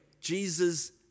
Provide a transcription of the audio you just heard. Jesus